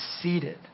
seated